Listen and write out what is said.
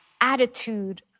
attitude